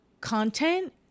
content